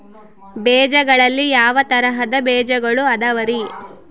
ಬೇಜಗಳಲ್ಲಿ ಯಾವ ತರಹದ ಬೇಜಗಳು ಅದವರಿ?